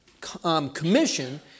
commission